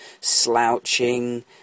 slouching